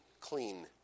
clean